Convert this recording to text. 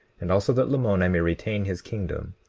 and also that lamoni may retain his kingdom,